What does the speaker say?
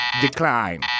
decline